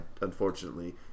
unfortunately